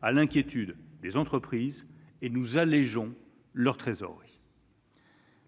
à l'inquiétude des entreprises et nous allégeons leur trésorerie.